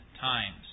times